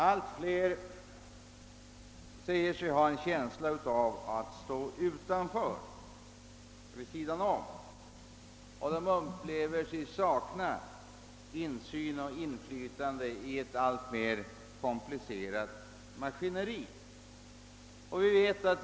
Allt fler säger sig ha en känsla av att stå utanför och tycker sig sakna insyn och inflytande i ett alltmer komplicerat maskineri.